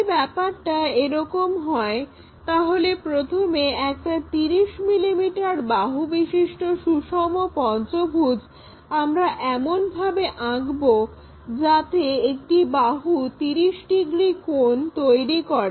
যদি ব্যাপারটা এরকম হয় তাহলে প্রথমে একটা 30 মিলিমিটার বাহু বিশিষ্ট সুষম পঞ্চভুজ আমরা এমন ভাবে আঁকবো যাতে একটি বাহু 30 ডিগ্রি কোণ তৈরি করে